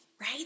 right